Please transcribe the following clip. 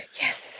Yes